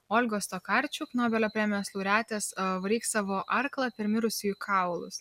olgos tokarčuk nobelio premijos laureatės varyk savo arklą per mirusiųjų kaulus